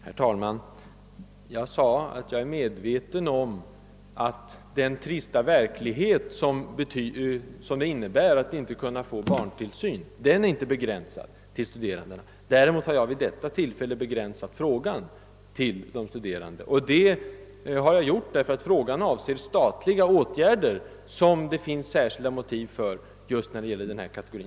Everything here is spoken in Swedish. Herr talman! Jag sade att jag är medveten om att den trista verklighet som det innebär att inte kunna få barntillsyn inte är begränsad till studerande. Däremot har jag vid detta tillfälle begränsat frågan till de studerande. Det har jag gjort därför att den avser statliga åtgärder, som det finns särskilda motiv för just när det gäller denna kategori.